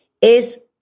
es